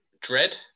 Dread